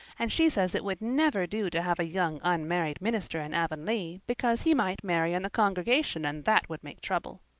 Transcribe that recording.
and she says it would never do to have a young unmarried minister in avonlea, because he might marry in the congregation and that would make trouble.